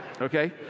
Okay